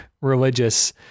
religious